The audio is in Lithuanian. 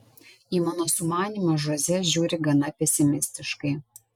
į mano sumanymą žoze žiūri gana pesimistiškai